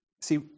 See